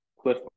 Cliff